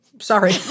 Sorry